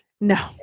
No